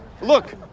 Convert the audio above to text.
Look